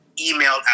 Email